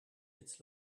its